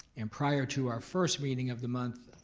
and prior to our first meeting of the month,